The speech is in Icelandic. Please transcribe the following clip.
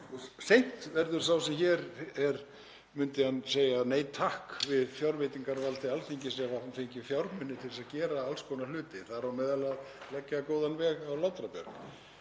Seint myndi sá sem hér er segja nei, takk við fjárveitingavaldi Alþingis ef hann fengi fjármuni til að gera alls konar hluti, þar á meðal að leggja góðan veg á Látrabjarg.